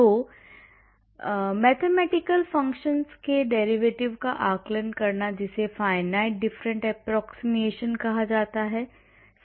तो mathematical function के derivative का आकलन करना जिसे finite different approximation कहा जाता है